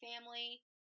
family